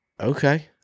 Okay